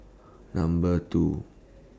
Number two